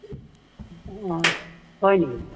অঁ হয় নেকি